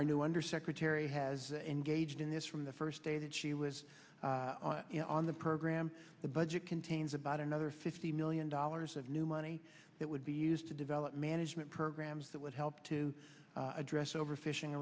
our new undersecretary has engaged in this from the first day that she was on the program the budget contains about another fifty million dollars of new money that would be used to develop management programs that would help to address overfishing